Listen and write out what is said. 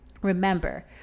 Remember